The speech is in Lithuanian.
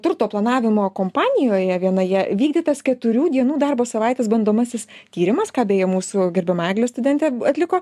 turto planavimo kompanijoje vienoje vykdytas keturių dienų darbo savaitės bandomasis tyrimas ką beje mūsų gerbiama egle studentė atliko